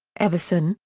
everson,